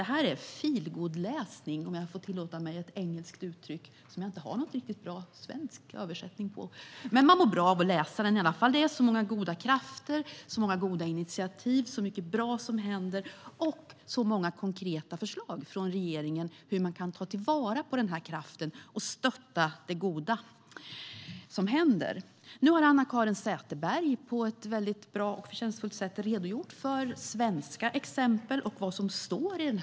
Den är feelgoodläsning, om jag får tillåta mig ett engelskt uttryck som jag inte har någon bra svensk översättning av. Man mår bra av att läsa den. Det finns så många goda krafter och goda initiativ. Det är så mycket bra som händer, och det finns många konkreta förslag från regeringen när det gäller hur man kan ta till vara på detta och stötta det goda. Nu har Anna-Caren Sätherberg på ett förtjänstfullt sätt redogjort för svenska exempel och vad som står i planen.